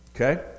Okay